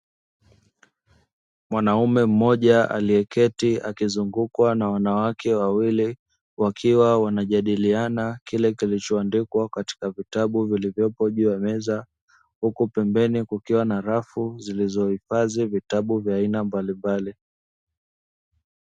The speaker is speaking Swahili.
Mwanaume mmoja aliyeketi akizungukwa na wanawake wawili, wakiwa wanajadiliana kile kilichoandikwa katika vitabu, vilivyopo juu ya meza, huku pembeni kukiwa na rafu zilizohifadhi vitabu vya aina mbalimbali.